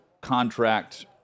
contract